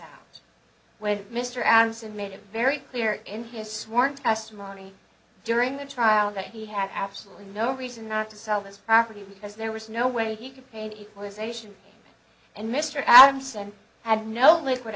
with mr anderson made it very clear in his sworn testimony during the trial that he had absolutely no reason not to sell this property because there was no way he could pay equalization and mr adams and had no liquid